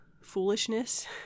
foolishness